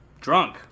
drunk